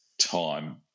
time